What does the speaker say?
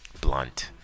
blunt